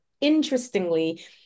interestingly